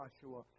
Joshua